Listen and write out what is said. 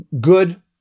good